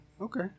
Okay